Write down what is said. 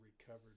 recovered